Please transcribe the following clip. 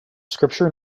scripture